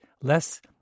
less